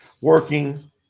Working